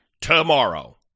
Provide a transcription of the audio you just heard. tomorrow